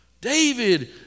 David